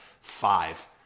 five